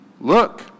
Look